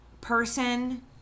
person